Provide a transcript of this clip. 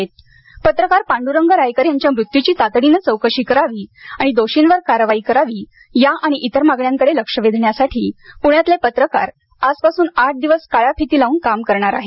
पत्रकार निधन पत्रकार पांडुरंग रायकर यांच्या मृत्यूची तातडीने चौकशी करावी आणि दोषींवर कारवाई करावी या आणि इतर मागण्यांकडे लक्ष वेधण्यासाठी पूण्यातले पत्रकार आजपासून आठ दिवस काळ्या फिती लावून काम करणार आहेत